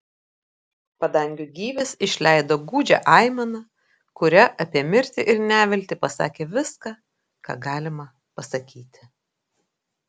padangių gyvis išleido gūdžią aimaną kuria apie mirtį ir neviltį pasakė viską ką galima pasakyti